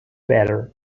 better